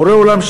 בורא עולם,